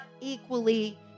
equally